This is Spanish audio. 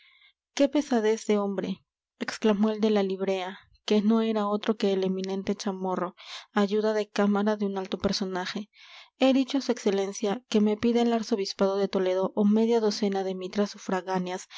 qué pesadez de hombre exclamó el de la librea que no era otro que el eminente chamorro ayuda de cámara de un alto personaje he dicho a su excelencia que me pida el arzobispado de toledo o media docena de mitras